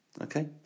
okay